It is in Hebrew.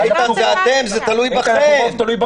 איתן, זה אתם, זה תלוי בכם.